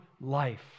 life